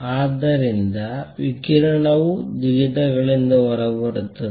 ಆದ್ದರಿಂದ ವಿಕಿರಣವು ಜಿಗಿತಗಳಿಂದ ಹೊರಬರುತ್ತದೆ